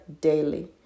daily